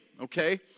okay